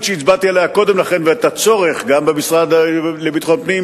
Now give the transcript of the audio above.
שהצבעתי עליה קודם לכן ואת הצורך במשרד לביטחון פנים,